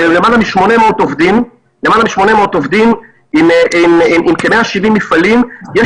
זה למעלה מ-800 עובדים עם כ-170 מפעלים,